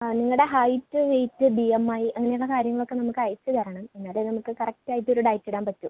ആ നിങ്ങളുടെ height weight B M I അങ്ങനെയുള്ള കാര്യങ്ങളൊക്കെ നമുക്ക് അയച്ച് തരണം എന്നാലേ നമുക്ക് കറക്റ്റ് ആയിട്ടൊരു ഡയറ്റ് ഇടാൻ പറ്റൂ